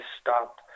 stop